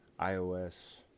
iOS